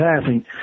passing